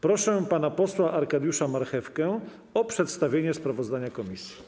Proszę pana posła Arkadiusza Marchewkę o przedstawienie sprawozdania komisji.